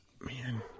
Man